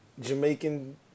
Jamaican